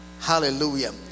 hallelujah